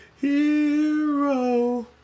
hero